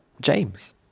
James